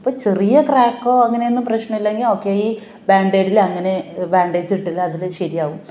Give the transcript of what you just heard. അപ്പം ചെറിയ ക്രാക്കോ അങ്ങനെയൊന്നും പ്രശ്നമല്ലെങ്കിൽ ഓക്കേ ഈ ബാൻഡേയ്ടിലോ അങ്ങനെ ബാൻഡേജിട്ടാലോ അങ്ങനെ ശരിയാകും